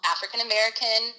African-American